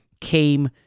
came